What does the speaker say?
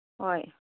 ꯍꯣꯏ